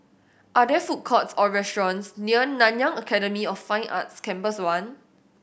are there food courts or restaurants near Nanyang Academy of Fine Arts Campus One